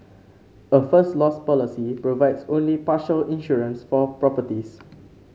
a First Loss policy provides only partial insurance for properties